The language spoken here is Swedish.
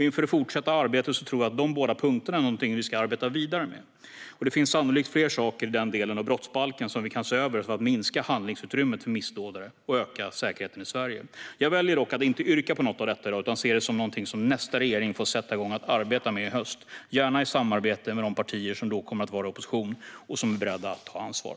Inför det fortsatta arbetet tror jag att dessa båda punkter är någonting som vi ska arbeta vidare med, och det finns sannolikt fler saker i den delen av brottsbalken som vi kan se över för att minska handlingsutrymmet för missdådare och öka säkerheten i Sverige. Jag väljer dock att inte yrka bifall till något av detta i dag utan ser det som någonting som nästa regering får sätta igång att arbeta med i höst, gärna i samarbete med de partier som då kommer att vara i opposition och som är beredda att ta ansvar.